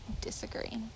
disagree